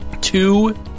Two